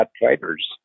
fighters